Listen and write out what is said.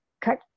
cut